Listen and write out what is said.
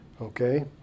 Okay